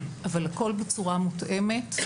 אבל הכול בצורה מותאמת,